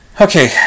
Okay